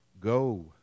Go